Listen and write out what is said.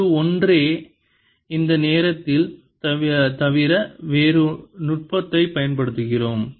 இது ஒன்றே இந்த நேரத்தில் தவிர வேறு நுட்பத்தைப் பயன்படுத்துகிறோம்